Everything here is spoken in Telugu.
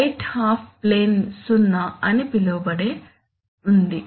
రైట్ హాఫ్ ప్లేన్ 0 అని పిలువబడేది ఉంది